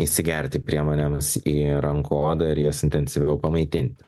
įsigerti priemonėms į rankų odą ir jas intensyviau pamaitinti